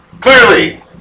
Clearly